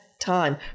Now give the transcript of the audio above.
Time